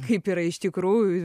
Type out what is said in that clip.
kaip yra iš tikrųjų